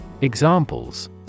Examples